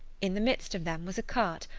in the midst of them was a cart,